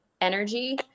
energy